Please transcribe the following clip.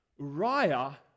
Uriah